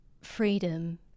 freedom